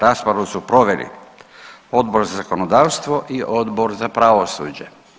Raspravu su proveli Odbor za zakonodavstvo i Odbor za pravosuđe.